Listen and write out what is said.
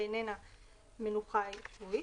שאיננה מנוחה שבועית,